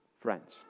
friends